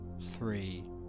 three